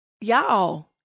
Y'all